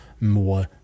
more